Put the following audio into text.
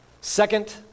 Second